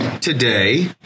today